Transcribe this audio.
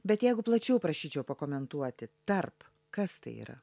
bet jeigu plačiau prašyčiau pakomentuoti tarp kas tai yra